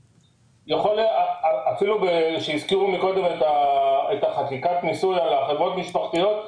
הזכירו קודם את חקיקת מיסוי על חברות משפחתיות.